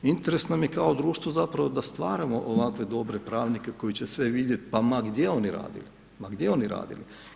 Interes nam je kao društvo zapravo da stvaramo ovakve dobre pravnike koji će sve vidjeti pa ma gdje oni radili, ma gdje oni radili.